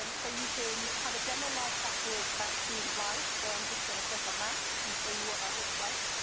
um so you can have a general live chat to us about student life, so i'm just going to click on that and show you what that looks like.